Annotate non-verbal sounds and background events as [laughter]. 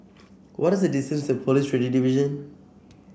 what [unintelligible] the distance to Police Radio Division